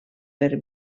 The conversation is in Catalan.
per